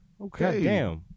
Okay